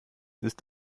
ist